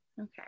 Okay